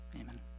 Amen